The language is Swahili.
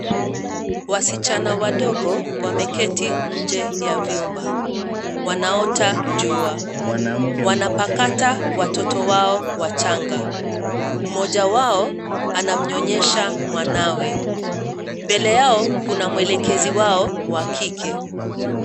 Wasichana wadogo wameketi nje ya vyumba. Wanaota jua. Wanapakata watoto wao wachanga. Mmoja wao, anamnyonyesha mwanawe. Mbele yao kuna mwelekezi wao wa kike.